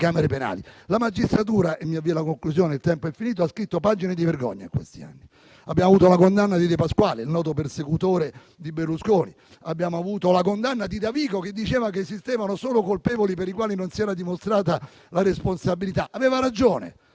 camera penale. La magistratura ha scritto pagine di vergogna in questi anni. Abbiamo avuto la condanna di De Pasquale, noto persecutore di Berlusconi. Abbiamo avuto la condanna di Davigo, che diceva che esistevano solo colpevoli per i quali non si era dimostrata la responsabilità. Aveva ragione: